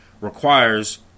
requires